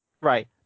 Right